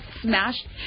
smashed